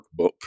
workbook